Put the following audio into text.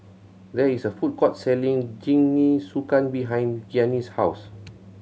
there is a food court selling Jingisukan behind Gianni's house